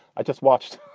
i just watched.